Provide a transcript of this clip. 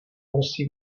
musí